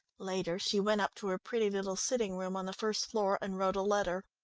later she went up to her pretty little sitting-room on the first floor, and wrote a letter.